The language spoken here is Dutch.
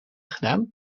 gedaan